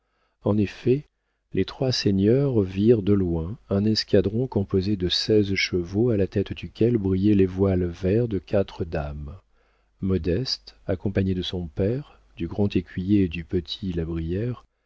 en effet les trois seigneurs virent de loin un escadron composé de seize chevaux à la tête duquel brillaient les voiles verts de quatre dames modeste accompagnée de son père du grand écuyer et du petit la brière